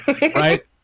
right